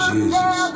Jesus